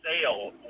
sale